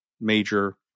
major